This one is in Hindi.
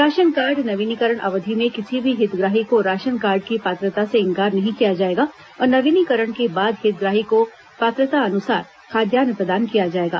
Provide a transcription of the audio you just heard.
राशन कार्ड नवीनीकरण अवधि में किसी भी हितग्राही को राशन कार्ड की पात्रता से इंकार नहीं किया जाएगा और नवीनीकरण के बाद हितग्राही को पात्रतानुसार खाद्यान्न प्रदान किया जाएगा